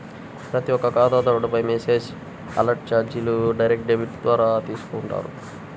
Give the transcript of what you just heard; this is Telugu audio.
ప్రతి ఒక్క ఖాతాదారుడిపైనా మెసేజ్ అలర్ట్ చార్జీలు డైరెక్ట్ డెబిట్ ద్వారా తీసుకుంటారు